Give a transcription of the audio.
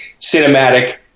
cinematic